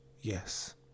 Yes